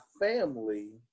family